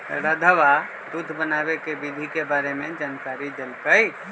रधवा दूध बनावे के विधि के बारे में जानकारी देलकई